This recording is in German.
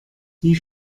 wie